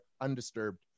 undisturbed